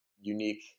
unique